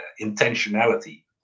intentionality